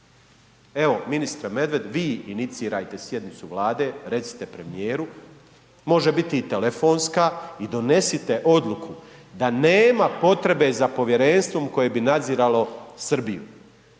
evo ministre Medved, vi inicirajte sjednicu Vlade, recite premijeru, može biti i telefonska i donesite odluku da nema potrebe za povjerenstvom koje bi nadziralo Srbiju,